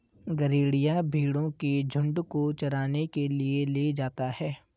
गरेड़िया भेंड़ों के झुण्ड को चराने के लिए ले जाता है